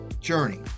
journey